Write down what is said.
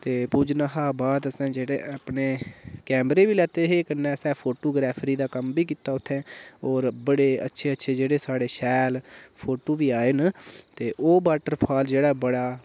ते पुज्जने शा बाद असें जेह्ड़े अपने कैमरे बी लेते हे कन्नै असें फ़ोटोग्राफरी दा कम्म बी कीता उत्थें होर बड़े अच्छे अच्छे जेह्ड़े साढ़े शैल फोटू बी आए न ते ओह् वाटरफाल जेह्ड़ा बड़ा